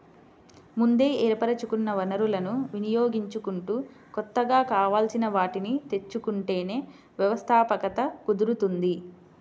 ముందే ఏర్పరచుకున్న వనరులను వినియోగించుకుంటూ కొత్తగా కావాల్సిన వాటిని తెచ్చుకుంటేనే వ్యవస్థాపకత కుదురుతుంది